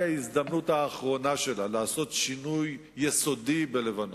ההזדמנות האחרונה שלה לעשות שינוי יסודי בלבנון,